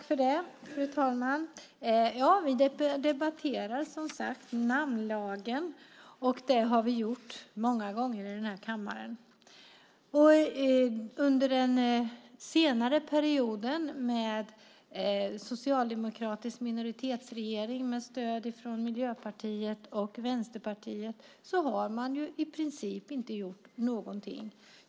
Fru talman! Vi debatterar som sagt namnlagen, och det har vi gjort många gånger i den här kammaren. Under den senare perioden med socialdemokratisk minoritetsregering med stöd från Miljöpartiet och Vänsterpartiet har man i princip inte gjort någonting.